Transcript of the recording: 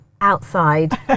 outside